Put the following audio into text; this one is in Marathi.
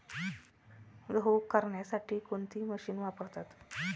गहू करण्यासाठी कोणती मशीन वापरतात?